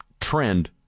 trend